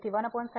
તેથી અહીં ∞ છે